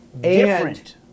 different